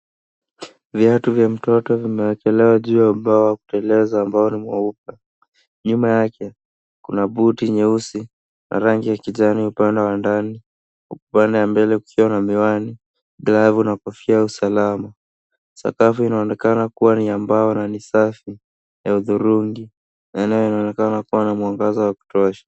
Viatu vya mtoto vimewekelewa juu ya ubao wa kuteleza ambao ni mweupe. Nyuma yake kuna buti nyeusi na rangi ya kijani upande wa ndani huku upande wa mbele kukiwa na miwani, glavu na kofia ya usalama. Sakafu inaonekana kuwa ni ya mbao na ni safi ya udhurungi na eneo linaonekana kuwa na mwangaza wa kutosha.